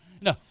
No